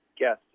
Yes